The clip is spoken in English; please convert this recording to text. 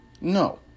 No